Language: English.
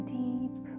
deep